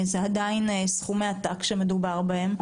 אלה סכומי עתק שמדובר בהם,